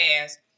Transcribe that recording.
past